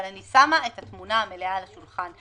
אבל אני שמה את התמונה המלאה על השולחן.